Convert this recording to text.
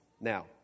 Now